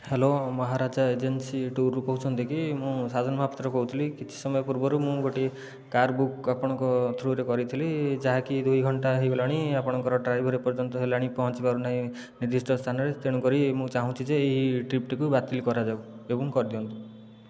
hello Maharaja agency ଟୁର୍ରୁ କହୁଛନ୍ତି କି ମୁଁ ସାଜନ ମହାପାତ୍ର କହୁଥିଲି କିଛି ସମୟ ପୂର୍ବରୁ ମୁଁ ଗୋଟିଏ କାର ବୁକ୍ ଆପଣଙ୍କ ଥ୍ରୋରେ କରିଥିଲି ଯାହାକି ଦୁଇ ଘଣ୍ଟା ହୋଇଗଲାଣି ଆପଣଙ୍କ ଡ୍ରାଇଭର ଏପର୍ଯ୍ୟନ୍ତ ହେଲାଣି ପହଞ୍ଚି ପାରୁନାହିଁ ନିର୍ଦ୍ଧିଷ୍ଟ ସ୍ଥାନରେ ତେଣୁ କରି ମୁଁ ଚାହୁଁଛି ଯେ ଏହି ଟ୍ରିପଟିକୁ ବାତିଲ କରାଯାଉ ଏବଂ କରିଦିଅନ୍ତୁ